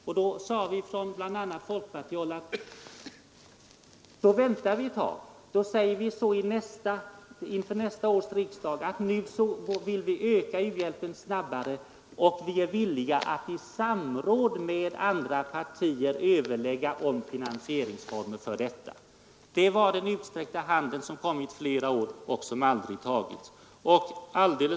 Just för att nå resultat sade vi därför från bl.a. folkpartihåll inför följande års riksdagar att vi önskade öka u-hjälpen snabbare och var villiga att i samråd med andra partier överlägga om finansieringsformer för detta. Det är den hand som nu sträckts ut flera år och som aldrig tagits mot av er.